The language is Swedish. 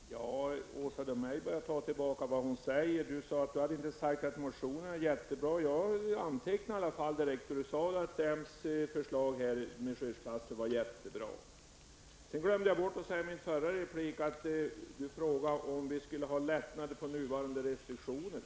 Fru talman! Åsa Domeij börjar ta tillbaka vad hon har sagt. Hon menade att hon inte har sagt att motionen är jättebra. Jag antecknade i alla fall att hon sade att moderaternas förslag med skyddsklasser är jättebra. I mitt förra inlägg glömde jag att säga följande. Åsa Domeij frågade om vi skulle ha lättnader i fråga om nuvarande restriktioner.